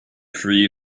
three